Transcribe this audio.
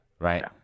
Right